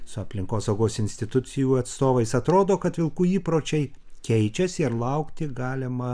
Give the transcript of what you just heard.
su aplinkosaugos institucijų atstovais atrodo kad vilkų įpročiai keičiasi ir laukti galima